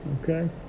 Okay